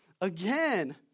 again